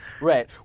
Right